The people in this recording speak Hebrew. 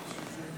רפואה שלמה.